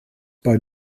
bei